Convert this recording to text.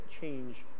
change